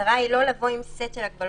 המטרה היא לא לבוא עם סט של הגבלות,